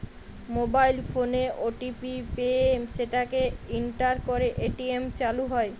mobile ফোনে OTP পেয়ে সেটাকে এন্টার করে এ.টি.এম চালু হয়